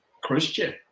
Christian